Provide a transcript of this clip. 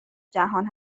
جهان